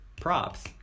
props